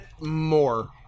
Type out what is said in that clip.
more